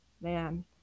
man